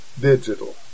digital